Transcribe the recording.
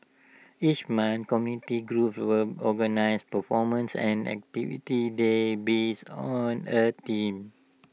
each month community groups were organise performances and activities there based on A theme